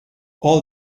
all